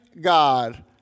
God